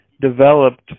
developed